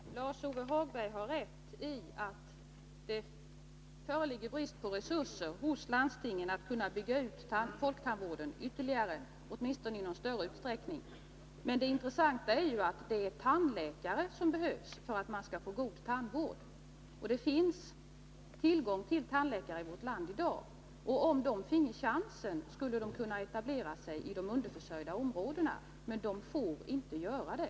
Herr talman! Lars-Ove Hagberg har rätt i att det föreligger brist på resurser hos landstingen för en ytterligare utbyggnad av folktandvården, åtminstone i någon större utsträckning. Men vad som är intressant är att det är tandläkare som behövs för att man skall kunna åstadkomma god tandvård. Det finns tillgång till tandläkare i vårt land i dag, och om de fick chansen, skulle de kunna etablera sig i de underförsörjda områdena. Men de får inte göra det.